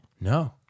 No